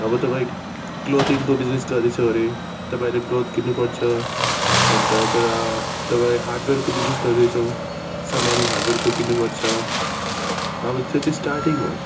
अब तपाईँ क्लोथिङको बिजिनेस गर्दैछौ अरे तपाईँले क्लोथ किन्नु पर्छ अन्त गएर तपाईँ हार्डवेयरको बिजिनेस गर्दैछौँ सामान हार्डवेयरको किन्नु पर्छ अब त्यो चाहिँ स्टार्टिङ हो